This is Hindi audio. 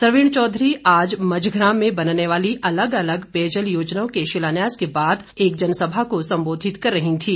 सरवीण चौधरी आज मझग्रां में बनने वाली अलग अलग पेयजल योजनाओं के शिलान्यास के बाद एक जनसभा को संबोधित कर रही थीं